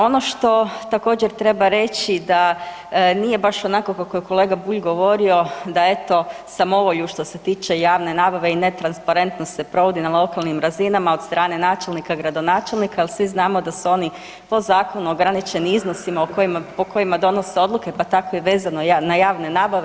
Ono što također treba reći da nije baš onako kako je kolega Bulj govorio da eto samovolju što se tiče javne nabave i netransparentnost se provodi na lokalnim razinama od strane načelnika, gradonačelnika jel svi znamo da su oni po zakonu ograničeni iznosima o kojima, po kojima donose odluke pa tako i vezano na javne nabave.